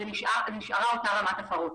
נשארה אותה רמת הפרות.